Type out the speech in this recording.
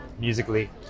musically